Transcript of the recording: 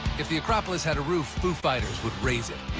if the acropolis had a roof, foo fighters would raise it